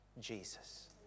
Jesus